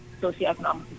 socioeconomic